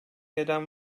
neden